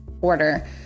order